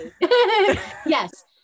yes